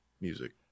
music